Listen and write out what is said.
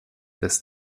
bis